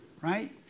right